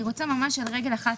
אני רוצה ממש על רגל אחת.